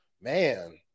man